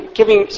giving